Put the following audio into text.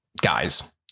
guys